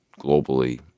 globally